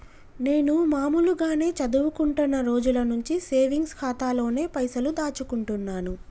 నేను మామూలుగానే చదువుకుంటున్న రోజుల నుంచి సేవింగ్స్ ఖాతాలోనే పైసలు దాచుకుంటున్నాను